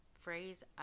phrase